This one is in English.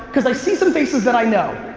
cause i see some faces that i know.